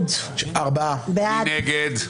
מי נגד?